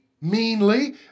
meanly